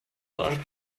sondern